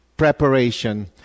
Preparation